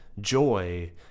joy